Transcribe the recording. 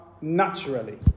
naturally